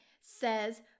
says